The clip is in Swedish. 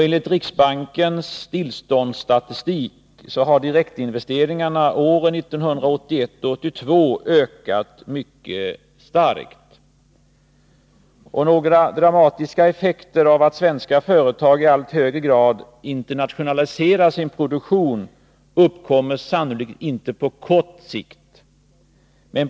Enligt riksbankens tillståndsstatistik har direktinvesteringarna åren 1981-1982 ökat mycket starkt. Några dramatiska effekter av att svenska företag i allt högre grad internationaliserar sin produktion uppkommer sannolikt inte på kort sikt.